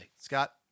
Scott